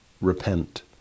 repent